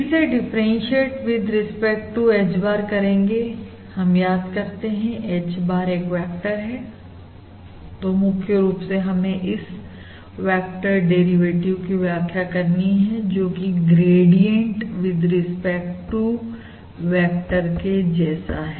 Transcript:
इसे differentiate with respect to H bar करेंगेहम याद करते हैं कि H bar एक वेक्टर है तो मुख्य रूप से हमें इस वेक्टर डेरिवेटिव की व्याख्या करनी है जो कि gradient with respect to vector के जैसा है